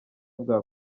bwa